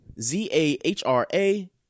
Z-A-H-R-A